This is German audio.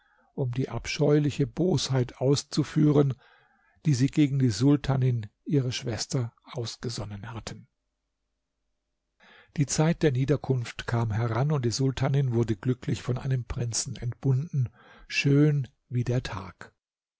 um die abscheuliche bosheit auszuführen die sie gegen die sultanin ihre schwester ausgesonnen hatten die zeit der niederkunft kam heran und die sultanin wurde glücklich von einem prinzen entbunden schön wie der tag